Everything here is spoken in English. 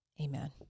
amen